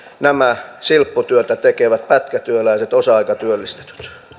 nämä silpputyötä tekevät pätkätyöläiset osa aikatyöllistetyt